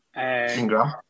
Ingram